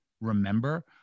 remember